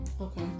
okay